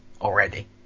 already